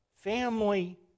family